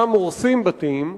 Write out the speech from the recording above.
שם הורסים בתים,